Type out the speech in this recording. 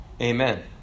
Amen